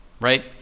right